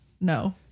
no